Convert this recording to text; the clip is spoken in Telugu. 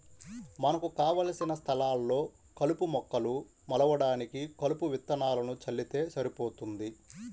మనకు కావలసిన స్థలాల్లో కలుపు మొక్కలు మొలవడానికి కలుపు విత్తనాలను చల్లితే సరిపోతుంది